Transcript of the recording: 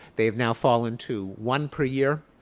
they have now fallen to one per year.